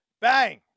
Bang